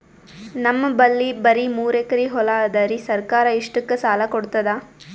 ನಮ್ ಬಲ್ಲಿ ಬರಿ ಮೂರೆಕರಿ ಹೊಲಾ ಅದರಿ, ಸರ್ಕಾರ ಇಷ್ಟಕ್ಕ ಸಾಲಾ ಕೊಡತದಾ?